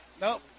Nope